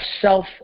self